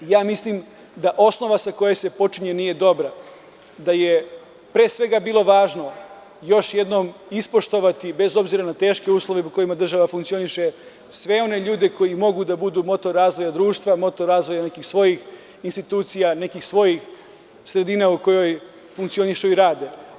Ja mislim da osnova sa koje se počinje nije dobra, da je, pre svega, bilo važno još jednom ispoštovati, bez obzira na teške uslove u kojima država funkcioniše, sve one ljude koji mogu da budu moto razvoja društva, moto razvoja nekih svojih institucija, nekih svojih sredina u kojoj funkcionišu i rade.